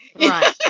Right